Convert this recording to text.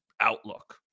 outlook